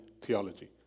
theology